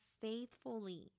faithfully